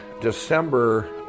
December